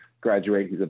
graduate